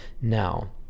now